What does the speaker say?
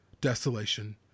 desolation